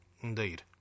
Indeed